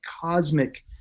cosmic